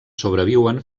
sobreviuen